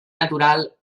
natural